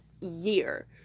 year